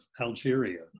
Algeria